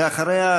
ואחריה,